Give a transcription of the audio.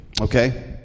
Okay